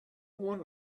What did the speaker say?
one